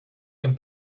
can